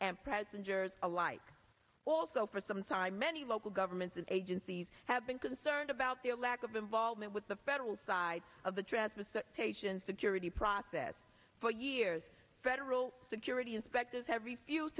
and presenters alike also for some time many local governments and agencies have been concerned about their lack of involvement with the federal side of the tracks with patients security process for years federal security inspectors have refused